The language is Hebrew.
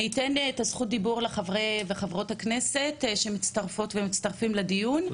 אני אתן את זכות הדיבור לחברי וחברות הכנסת שמצטרפות ומצטרפים לדיון,